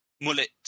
Mullet